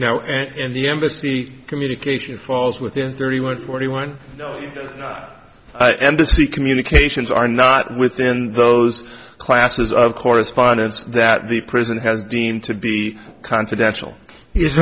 now and the embassy communication falls within thirty one forty one embassy communications are not within those classes of correspondence that the prison has deemed to be confidential is